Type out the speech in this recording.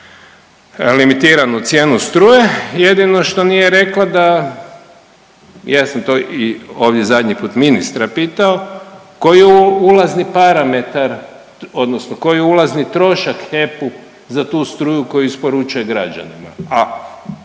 limitiranu cijenu struje, jedino što nije rekla da i ja sam to i ovdje zadnji put ministra pitao, koji je ulazni parametar odnosno koji je ulazni trošak HEP-u za tu struju koju isporučuje građanima, a